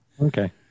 Okay